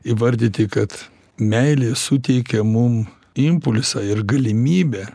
įvardyti kad meilė suteikia mum impulsą ir galimybę